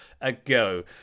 ago